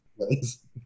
place